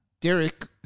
Derek